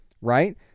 right